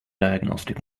diagnostic